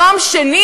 שימוש